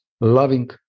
loving